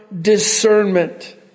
discernment